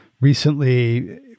recently